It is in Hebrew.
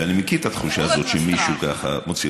ואני מכיר את התחושה הזאת שמישהו ככה מוציא,